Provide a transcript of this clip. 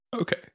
Okay